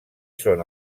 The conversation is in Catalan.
són